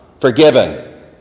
Forgiven